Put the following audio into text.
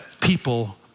people